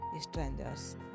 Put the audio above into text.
strangers